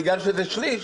בגלל שזה שליש,